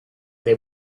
they